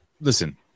listen